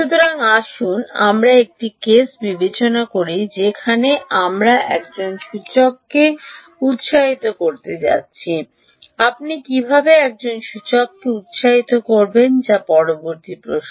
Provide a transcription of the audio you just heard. সুতরাং আসুন আমরা একটি কেস বিবেচনা করি যেখানে আমরা একজন সূচককে উৎসাহিত করতে যাচ্ছি আপনি কীভাবে একজন সূচককে উৎসাহিত করবেন যা পরবর্তী প্রশ্ন